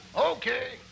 Okay